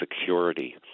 security